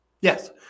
Yes